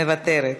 מוותרת,